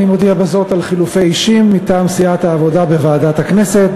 אני מודיע בזאת על חילופי אישים מטעם סיעת העבודה בוועדת הכנסת,